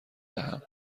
دهم